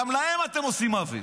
גם להם אתם עושים עוול.